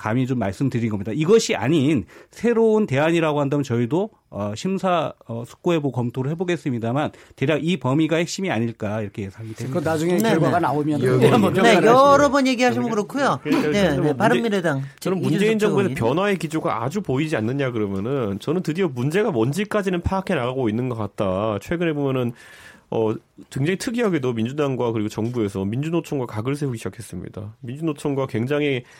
감히 좀 말씀드린 겁니다. 이것이 아닌 새로운 대안이라고 한다면 저희도, 어, 심사, 어, 숙고해보고 검토를 해보겠습니다만 대략 이 범위가 핵심이 아닐까 이렇게 예상이 됩니다. 그건 나중에 네, 네. 결과가 나오면은 예, 또 예. 한번 네, 평가를 하시기로 여러 해요. 번 얘기하시면 그러니까. 그렇고요. 그러니까 네, 그래서 뭐 네. 문제- 바른미래당 저는 이준석 문재인 정부의 최고위원님. 변화의 기조가 아주 보이지 않느냐 그러면은 저는 드디어 문제가 뭔지까지는 파악해 나가고 있는 것 같다. 최근에 보면은, 어, 굉장히 특이하게도 민주당과 그리고 정부에서 민주노총과 각을 세우기 시작했습니다. 민주노총과 굉장히